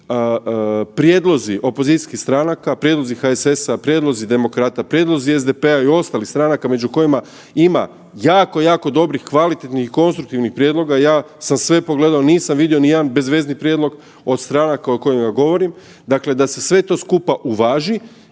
prijedlozi opozicijskih stranaka, prijedlozi HSS, prijedlozi Demokrata, prijedlozi SDP-a i ostalih stranaka među kojima ima jako, jako dobrih, kvalitetnih i konstruktivnih prijedloga, ja sam sve pogledao nisam vidio ni jedan bezvezni prijedlog od stranaka o kojima govorim, dakle da se sve to skupa uvaži